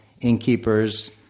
Innkeepers